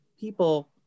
people